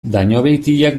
dañobeitiak